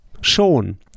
Schon